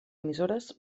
emissores